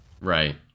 Right